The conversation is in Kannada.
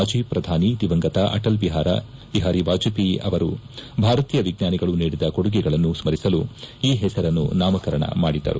ಮಾಣಿ ಪ್ರಧಾನಿ ದಿವಂಗತ ಅಟಲ್ ಬಿಹಾರಿ ವಾಜಪೇಯಿ ಅವರು ಭಾರತೀಯ ವಿಜ್ವಾನಿಗಳು ನೀಡಿದ ಕೊಡುಗೆಗಳನ್ನು ಸ್ತರಿಸಲು ಈ ಹೆಸರನ್ನು ನಾಮಕರಣ ಮಾಡಿದರು